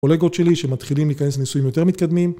קולגות שלי שמתחילים להיכנס לניסויים יותר מתקדמים